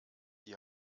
die